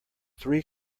three